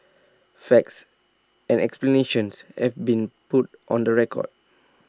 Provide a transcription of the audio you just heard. facts and explanations have been put on the record